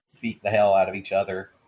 beat-the-hell-out-of-each-other